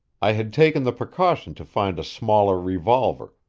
i had taken the precaution to find a smaller revolver,